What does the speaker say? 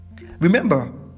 Remember